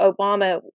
Obama